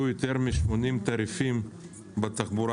אנחנו מצאנו יותר מ-80 תעריפים בתחבורה